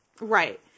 Right